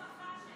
יש הוכחה,